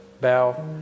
bow